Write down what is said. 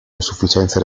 insufficienza